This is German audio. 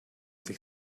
sich